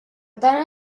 tant